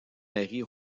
marie